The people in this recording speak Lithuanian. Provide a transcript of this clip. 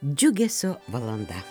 džiugesio valanda